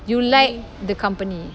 you like the company